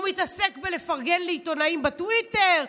הוא מתעסק בלפרגן לעיתונאים בטוויטר,